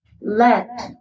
Let